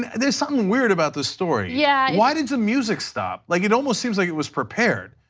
there is something weird about the story. yeah why did the music stopped? like it almost seems like it was prepared.